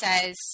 says